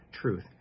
truth